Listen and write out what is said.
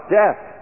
death